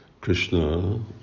Krishna